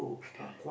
correct